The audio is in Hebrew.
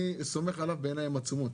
אני סומך עליו בעיניים עצומות.